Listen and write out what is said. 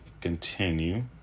continue